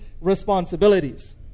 responsibilities